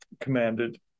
commanded